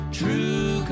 true